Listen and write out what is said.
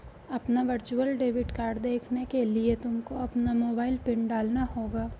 अपना virtual debit card देखने के लिए तुमको अपना मोबाइल पिन डालना होगा